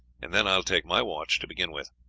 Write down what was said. and then i will take my watch to begin with.